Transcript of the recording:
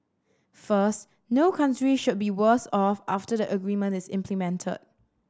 first no country should be worse off after the agreement is implemented